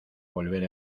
volver